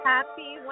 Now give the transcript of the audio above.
Happy